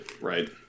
right